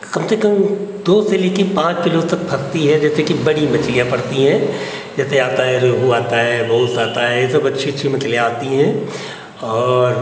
कम से कम दो से लेकर पाँच किलो तक फँसती है जैसे कि बड़ी मछलियाँ पड़ती हैं जैसे आता है रोहू आता है भौस आता है यह सब अच्छी अच्छी मछलियाँ आती हैं और